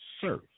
serve